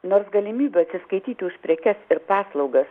nors galimybių atsiskaityti už prekes ir paslaugas